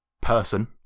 person